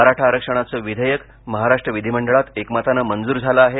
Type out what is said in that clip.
मराठा आरक्षणाचं विधेयक महाराष्ट्र विधीमंडळात एकमतानं मंजूर झालं आहे